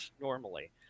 normally